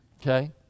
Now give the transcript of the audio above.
Okay